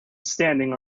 standing